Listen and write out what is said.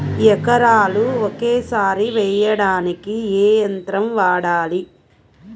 ఎకరాలు ఒకేసారి వేయడానికి ఏ యంత్రం వాడాలి?